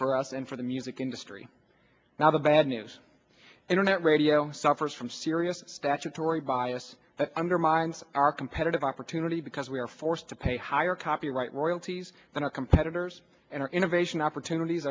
for us and for the music industry now the bad news internet radio suffers from serious statutory bias that undermines our competitive opportunity because we are forced to pay higher copyright royalties than our competitors and our innovation opportunities